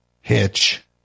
Hitch